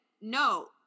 no